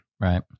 Right